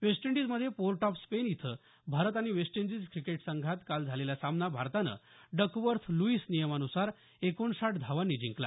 waste इंडीजमध्ये Port of Spain इथं भारत आणि वेस्ट इंडिज क्रिकेट संघात काल झालेला सामना भारतानं डकवर्थ लुईस नियमानुसार एकोणसाठ धावांनी जिंकला